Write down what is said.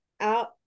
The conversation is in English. out